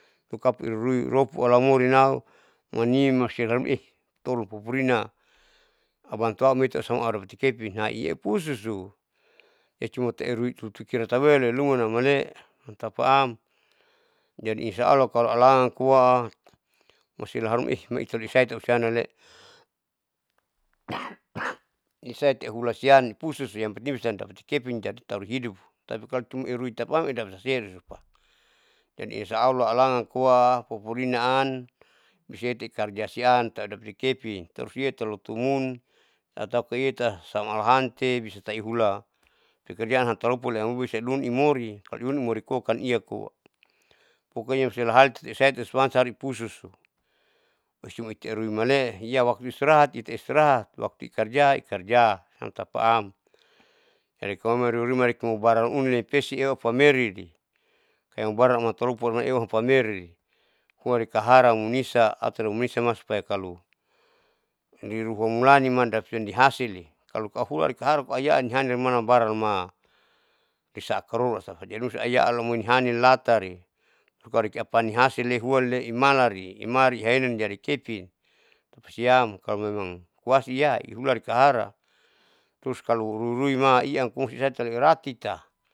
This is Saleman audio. Kapu irui rui lopu kalaumorin au manimi malusia larumaeh talun pupurina abantu au moitausaruma audapati kepin hapusu ecuma erui tutukratawe oilumanam malee, tapaam jadi insya allah kalo alagan koa malusia aharuma ih maiitali taitausiam namalee isaite auhula sian pususiam yang penting bisa dapati kepin tauri hidup irui tapaam idapati seausupa jadi insya allah alangan koa aupupurinaanbisae ikarja sian audapati kepin tausia talotumun, atau koyeta siam alahante bisa tahu ihula pekerjaan hatalopu lehamurita ihalopu mori kalo iamurinama iakoa pkoknya uselahaliti usiam usau pusuo, kalocuma itarui malee waktu istirahat esastrahat waktu ikarja ikarja siam tapaam, jadi kalo mairuirui mairipo baran unin nipesio pameri kaobarang atalopu maiewahun pameri huali kahara munisa autamunisama supaya kalo nihuran mulani mandapasia nihasili kalo aukura likahara kohayaan nialikomandapa barangna bisakarora asapa terus ayaha amoinihani latari tutukalorepi apanihasil luan le imarali, imala rihaen jadikepin tapasiam kalomemang koasiyah ihula likahara terus kalo ruiruima ian pungsi taieliratita.